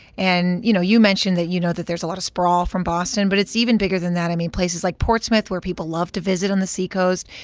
and, you know, you mentioned that, you know, that there's a lot of sprawl from boston. but it's even bigger than that. i mean, places like portsmouth, where people love to visit on the seacoast,